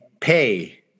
pay